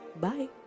Bye